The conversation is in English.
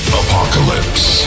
apocalypse